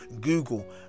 Google